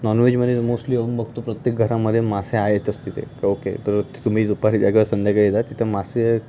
नॉनवेजमध्ये मोस्टली होऊन बघतो प्रत्येक घरामध्ये मासे आहेतच तिथे ओके तर तुम्ही दुपारी जा किंवा संध्याकाळी जा तिथं मासे